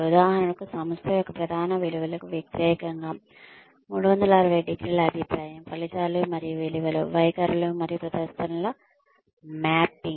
ఉదాహరణకు సంస్థ యొక్క ప్రధాన విలువలకు వ్యతిరేకంగా 360 ° అభిప్రాయం ఫలితాలు మరియు విలువలు వైఖరులు మరియు ప్రవర్తనల మ్యాపింగ్